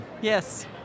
Yes